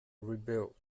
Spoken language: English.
rebuilt